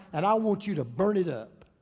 and i want you to burn it up.